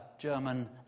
German